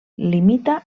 limita